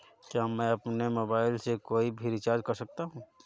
क्या मैं अपने मोबाइल से कोई भी रिचार्ज कर सकता हूँ?